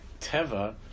Teva